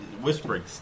whispering